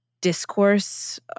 discourse